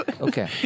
Okay